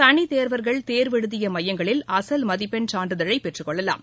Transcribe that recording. தனித்தேர்வர்கள் தேர்வு எழுதிய மையங்களில் அசல் மதிப்பெண் சான்றிதழை பெற்றுக்கொள்ளலாம்